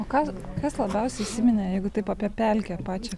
o kas kas labiausiai įsiminė jeigu taip apie pelkę pačią